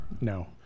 No